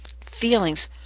feelings